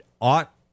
ought